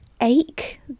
ache